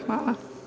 Hvala.